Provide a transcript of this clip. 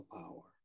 power